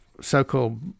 so-called